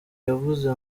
yavuze